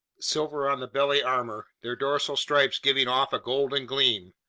silver on the belly armor, their dorsal stripes giving off a golden gleam.